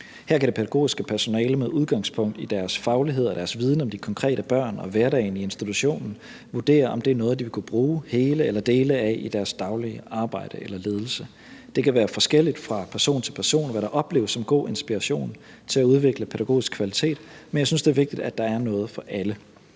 Her kan det pædagogiske personale med udgangspunkt i deres faglighed og deres viden om de konkrete børn og hverdagen i institutionen vurdere, om det er noget, de vil kunne bruge helt eller delvis i deres daglige arbejde eller ledelse. Det kan være forskelligt fra person til person, hvad der opleves som god inspiration til at udvikle pædagogisk kvalitet, men jeg synes, det er vigtigt, at der er noget for alle.